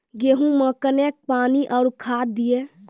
गेहूँ मे कखेन पानी आरु खाद दिये?